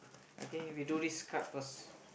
okay we do this card first